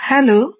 Hello